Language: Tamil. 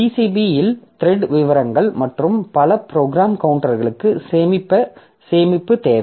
PCB இல் த்ரெட் விவரங்கள் மற்றும் பல ப்ரோக்ராம் கவுண்டர்களுக்கு சேமிப்பு தேவை